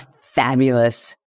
fabulous